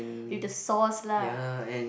with the sauce lah